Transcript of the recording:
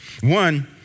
One